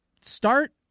start